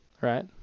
Right